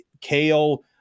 kale